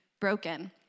broken